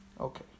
okay